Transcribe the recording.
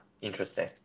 Interesting